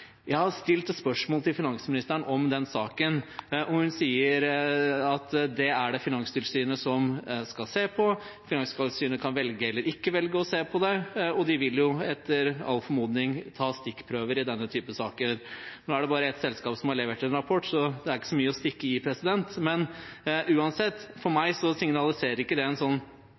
jeg opp også i interpellasjonen her. Jeg har stilt spørsmål til finansministeren om den saken. Hun sier at det er det Finanstilsynet som skal se på, Finanstilsynet kan velge eller ikke velge å se på det, og de vil etter all formodning ta stikkprøver i denne typen saker. Nå er det bare ett selskap som har levert en rapport, så det er ikke så mye å stikke i. For meg signaliserer det uansett